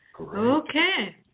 Okay